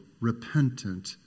repentant